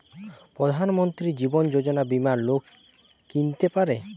প্রধান মন্ত্রী জীবন যোজনা বীমা লোক কিনতে পারে